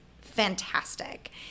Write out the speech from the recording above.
fantastic